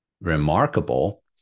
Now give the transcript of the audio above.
remarkable